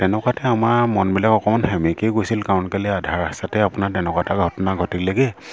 তেনেকুৱাতে আমাৰ মনবিলাক অকণমান সেমেকিয়ে গৈছিল কাৰণ কেলে আধা ৰাস্তাতে আপোনাৰ তেনেকুৱা এটা ঘটনা ঘটিলেগৈ